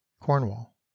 Cornwall